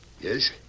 Yes